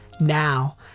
Now